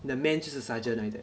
你的 men 就是 sergeant 来的